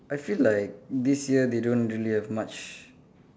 I feel like this year they don't really have much